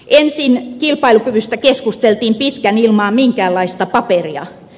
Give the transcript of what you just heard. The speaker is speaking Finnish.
ensin kilpailukyvystä keskusteltiin pitkään ilman minkäänlaista paperia